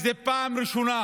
זאת הפעם הראשונה